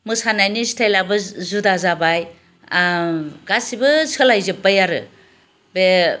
मोसानायनि स्टाइलाबो जुदा जाबाय गासैबो सोलायजोब्बाय आरो बे